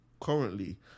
currently